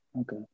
okay